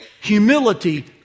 Humility